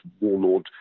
Warlord